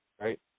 right